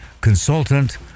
consultant